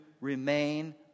remain